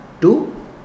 two